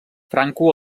franco